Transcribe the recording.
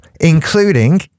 Including